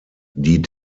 die